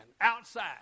outside